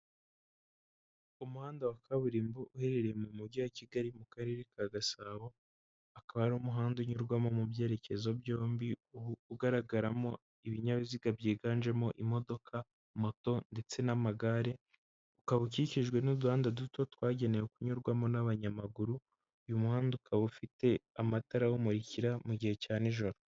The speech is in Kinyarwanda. Umuhanda wa kaburimbo uherereye mu mujyi wa kigali mu karere ka gasabo akaba ari umuhanda unyurwamo mu byerekezo byombi ugaragaramo ibinyabiziga byiganjemo imodoka moto ndetse n'amagare ukaba ukikijwe n'uduhanda duto twagenewe kunyurwamo n'abanyamaguru uyu muhanda ukaba ufite amatara awumurikira mu gihe cya ni joro.